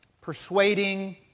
persuading